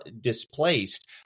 displaced